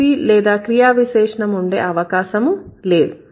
PP లేదా క్రియా విశేషణము ఉండే అవకాశం లేదు